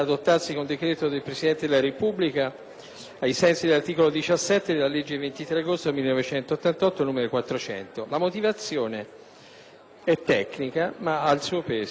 ai sensi dell'articolo 17 della legge 23 agosto 1988, n. 400». La motivazione è tecnica, ma ha il suo peso. Il comma 2 dell'articolo 2